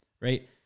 right